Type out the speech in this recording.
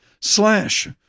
slash